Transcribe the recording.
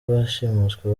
bashimuswe